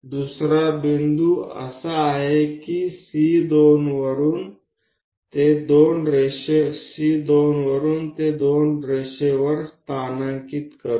તો પ્રથમ બિંદુ તે છે બીજું બિંદુ તે છે C2 થી લીટી 2 પર તેને સ્થિત કરો